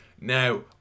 Now